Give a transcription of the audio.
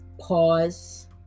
pause